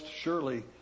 surely